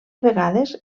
vegades